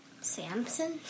Samson